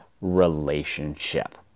relationship